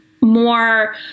more